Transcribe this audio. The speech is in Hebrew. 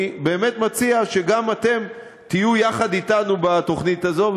אני באמת מציע שגם אתם תהיו יחד אתנו בתוכנית הזאת,